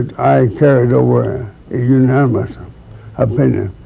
i carried over a unanimous opinion.